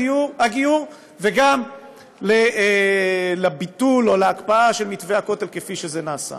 הגיור וגם לביטול או להקפאה של מתווה הכותל כפי שזה נעשה.